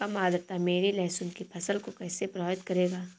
कम आर्द्रता मेरी लहसुन की फसल को कैसे प्रभावित करेगा?